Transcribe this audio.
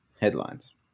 headlines